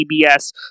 CBS